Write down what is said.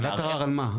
ועדת ערר על מה?